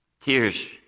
Tears